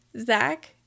Zach